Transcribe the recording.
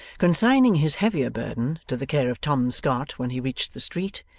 consigning his heavier burden to the care of tom scott when he reached the street,